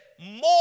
More